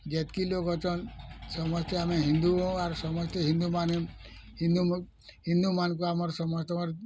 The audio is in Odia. ଯେତିକି ଲୋଗ୍ ଅଛନ୍ ସମସ୍ତେ ଆମେ ହିନ୍ଦୁ ହଉଁ ଆରୁ ସମସ୍ତେ ହିନ୍ଦୁମାନେ ହିନ୍ଦୁ ହିନ୍ଦୁମାନଙ୍କୁ ଆମର ସମସ୍ତଙ୍କର୍